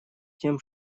тем